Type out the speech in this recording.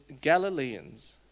Galileans